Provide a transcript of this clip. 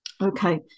Okay